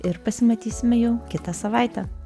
ir pasimatysime jau kitą savaitę